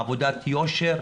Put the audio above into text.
עבודת יושר,